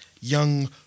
Young